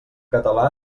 català